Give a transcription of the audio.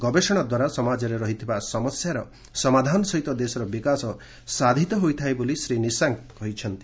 ଗବେଷଣା ଦ୍ୱାରା ସମାଜରେ ରହିଥିବା ସମସ୍ୟାର ସମାଧାନ ସହିତ ଦେଶର ବିକାଶ ସାଧିତ ହୋଇଥାଏ ବୋଲି ଶ୍ରୀ ନିଶାଙ୍କ କହିଥିଲେ